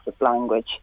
language